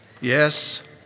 Yes